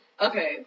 Okay